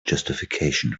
justification